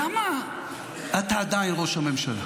למה אתה עדיין ראש הממשלה?